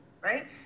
right